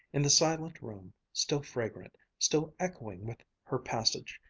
in the silent room, still fragrant, still echoing with her passage,